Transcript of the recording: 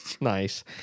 Nice